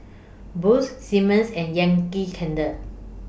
Boost Simmons and Yankee Candle